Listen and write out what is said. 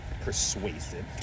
persuasive